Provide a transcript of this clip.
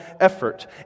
effort